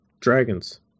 Dragons